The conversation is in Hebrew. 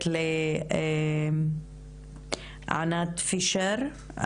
לתת לענת פישר,